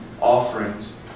offerings